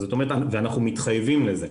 ואנחנו גם מתחייבים לזה.